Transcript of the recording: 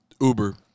uber